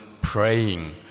praying